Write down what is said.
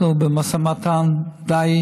אנחנו במשא ומתן די